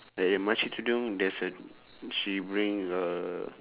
like the makcik tudung there's a she bring her